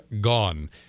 gone